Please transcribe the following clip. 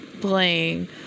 playing